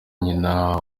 nyina